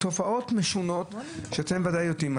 יש תופעות משונות עליהן אתם בוודאי יודעים.